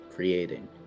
creating